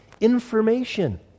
information